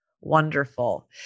wonderful